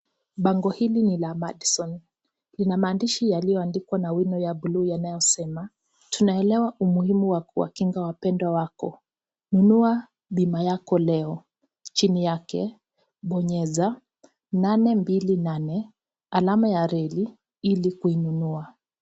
Bango hili ni la Madison, ina maandishi yaliyoandikwa na wino ya bluu yanayosema; tunaelewa umuhimu wa kuwakinga wapendwa wako, nunua bima yako Leo, chini yake bonyeza, name mbili nane alama ya reli, ili kuinunua.